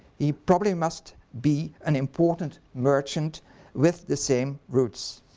he probably must be an important merchant with the same roots.